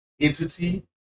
entity